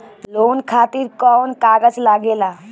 Loan खातिर कौन कागज लागेला?